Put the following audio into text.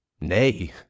nay